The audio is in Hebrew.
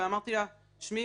ואמרתי לה: תשמעי,